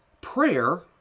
prayer